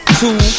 two